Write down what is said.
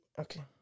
okay